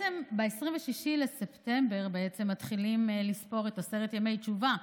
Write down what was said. ב-26 בספטמבר מתחילים לספור את עשרת ימי תשובה,